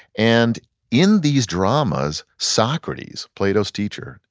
and in these dramas, socrates, plato's teacher,